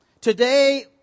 today